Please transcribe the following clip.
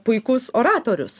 puikus oratorius